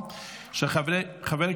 חברי